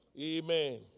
Amen